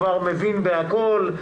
כבר מבין בהכל,